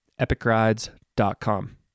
EpicRides.com